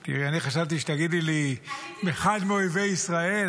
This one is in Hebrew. כי אני חשבתי שתגידי לי "אחד מאויבי ישראל",